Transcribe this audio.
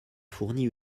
fourni